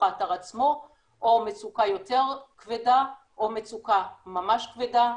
האתר עצמו או מצוקה יותר כבדה או מצוקה ממש כבדה,